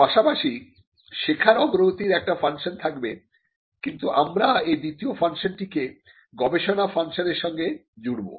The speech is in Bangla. পাশাপাশি শেখার অগ্রগতির একটি ফাংশন থাকবে কিন্তু আমরা এই দ্বিতীয় ফাংশন টি কে গবেষণা ফাংশন এর সঙ্গে জুড়ব